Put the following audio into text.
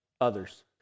others